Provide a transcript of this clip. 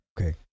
Okay